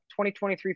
2023